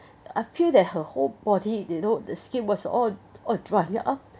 I feel that her whole body you know the skin was all all dry ya